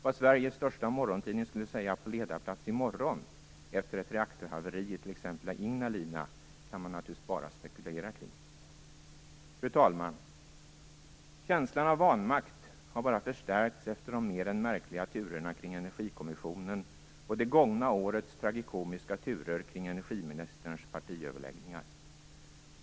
Vad Sveriges största morgontidning skulle säga på ledarplats i morgon efter ett reaktorhaveri i t.ex. Ignalina kan man naturligtvis bara spekulera kring. Fru talman! Känslan av vanmakt har bara förstärkts efter de mer än märkliga turerna kring Energikommissionen och det gångna årets tragikomiska turer kring energiministerns partiöverläggningar.